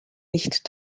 nicht